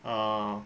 err